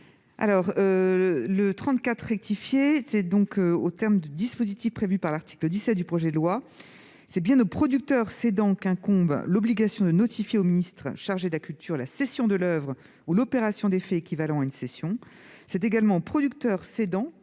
est à Mme Laure Darcos. Aux termes du dispositif prévu par l'article 17 du projet de loi, c'est bien au producteur cédant qu'incombe l'obligation de notifier au ministre chargé de la culture la cession de l'oeuvre ou l'opération équivalant à une cession. C'est également le producteur cédant